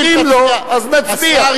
אם לא, אז נצביע.